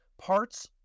parts